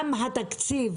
גם לעניין התקציב,